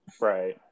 Right